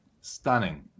Stunning